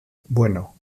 bueno